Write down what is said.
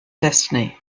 destiny